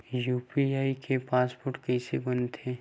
UPI के password कइसे बनाथे?